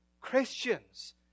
Christians